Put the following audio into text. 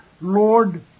Lord